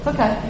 Okay